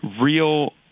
real